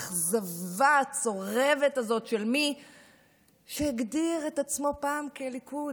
האכזבה הצורבת הזאת של מי שהגדיר את עצמו פעם כליכוד,